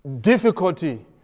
difficulty